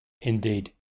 Indeed